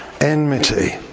enmity